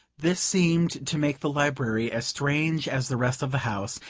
this seemed to make the library as strange as the rest of the house,